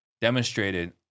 demonstrated